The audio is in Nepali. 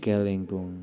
कालिम्पोङ